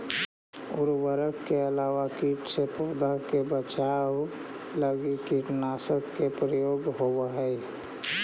उर्वरक के अलावा कीट से पौधा के बचाव लगी कीटनाशक के प्रयोग होवऽ हई